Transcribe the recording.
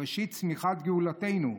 ראשית צמיחת גאולתנו?